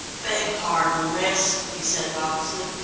beg pardon, miss, he said raucously,